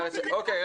אוקיי,